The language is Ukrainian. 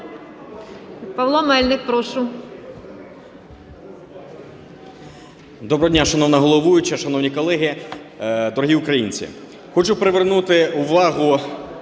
Доброго дня, шановна головуюча, шановні колеги, дорогі українці! Хочу привернути увагу